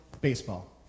baseball